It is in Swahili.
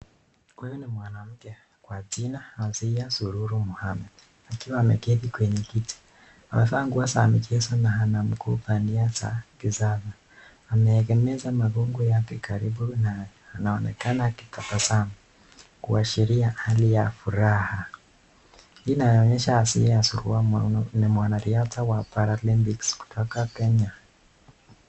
Huyu ni mwanamke kwa jina Asiiya Sururu Mohammed akiwa ameketi kwenye kiti. Amevaa nguo za michezo na anamiguu bandia za kisasa. Ameegemeza magongo yake karibu naye. Anaonekana akitabasamu kuashiria hali ya furaha. Hii inaonyesha Asiiya Sururu ni mwanariadha wa Paralympics kutoka Kenya.